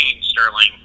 Sterling